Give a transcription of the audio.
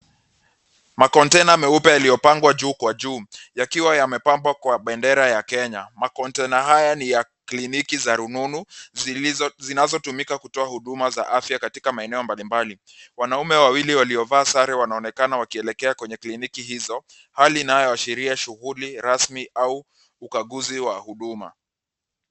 Makontena meupe yaliyopangwa juu kwa juu, yakiwa yamepambwa kwa bendera ya Kenya. Makontena haya ni ya kliniki za rununu zilizo, zinazotumika kutoa huduma za afya katika maeneo mbali mbali. Wanaume wawili waliovaa sare wanaonekana wakielekea kwenye kliniki hizo, hali inayoashiria shughuli rasmi au ukaguzi wa huduma.